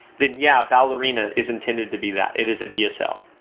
then yeah, ballerina is intended to be that. it is a dsl.